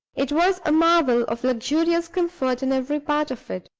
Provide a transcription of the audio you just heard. it was a marvel of luxurious comfort in every part of it,